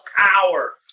power